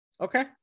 Okay